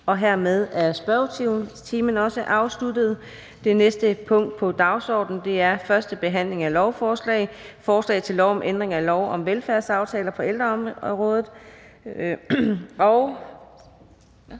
Hermed er spørgetiden også afsluttet. --- Det sidste punkt på dagsordenen er: 2) 1. behandling af lovforslag nr. L 91: Forslag til lov om ændring af lov om velfærdsaftaler på ældreområdet.